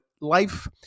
life